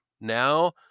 Now